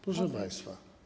Proszę państwa!